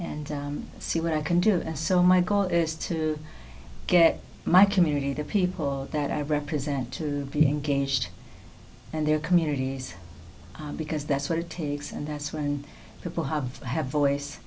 and see what i can do and so my goal is to get my community the people that i represent to being against and their communities because that's what it takes and that's when people have had voice